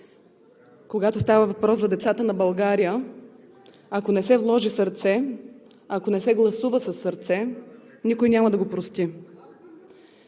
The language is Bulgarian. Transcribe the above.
когато става въпрос за децата на България, ако не се вложи сърце, ако не се гласува със сърце, никой няма да го прости.